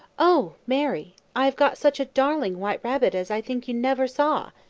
oh! mary, i have got such a darling white rabbit as i think you never saw.